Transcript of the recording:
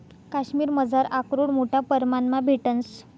काश्मिरमझार आकरोड मोठा परमाणमा भेटंस